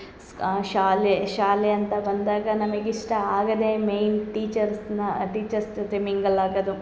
ಸ್ ಶಾಲೆ ಶಾಲೆ ಅಂತ ಬಂದಾಗ ನಮಗೆ ಇಷ್ಟ ಆಗೋದೆ ಮೇನ್ ಟೀಚರ್ಸ್ನ ಟೀಚರ್ಸ್ ಜೊತೆ ಮಿಂಗಲ್ ಆಗೋದು